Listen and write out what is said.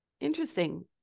interesting